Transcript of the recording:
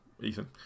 Ethan